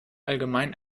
allgemein